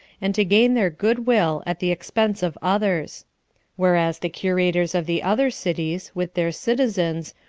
and to gain their goodwill at the expense of others whereas the curators of the other cities, with their citizens,